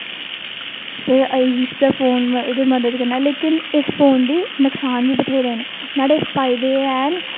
फिर इस्सै फोन दी मदद कन्नै लेकिन इस फोन दे नुक्सान बी बथेरे ना न्हाड़े फायदे है ना